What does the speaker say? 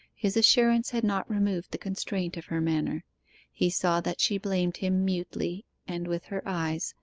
his assurance had not removed the constraint of her manner he saw that she blamed him mutely and with her eyes,